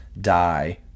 die